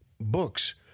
books